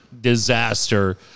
disaster